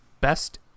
best